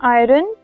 iron